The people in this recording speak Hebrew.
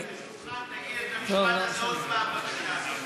תגביה את הדוכן ותגיד את המשפט הזה עוד פעם בבקשה.